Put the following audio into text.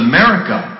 America